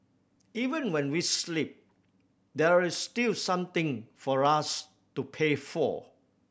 even when we sleep there is still something for us to pay for